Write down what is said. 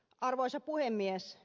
arvoisa puhemies